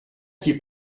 qui